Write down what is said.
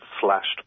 slashed